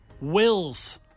Wills